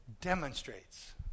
demonstrates